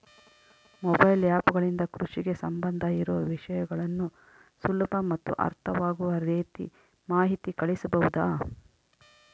Mobile app ಗಳಿಂದ ಕೃಷಿಗೆ ಸಂಬಂಧ ಇರೊ ವಿಷಯಗಳನ್ನು ಸುಲಭ ಮತ್ತು ಅರ್ಥವಾಗುವ ರೇತಿ ಮಾಹಿತಿ ಕಳಿಸಬಹುದಾ?